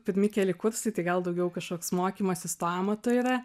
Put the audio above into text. pirmi keli kursai tai gal daugiau kažkoks mokymasis to amato yra